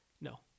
No